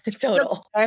total